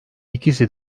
ikisi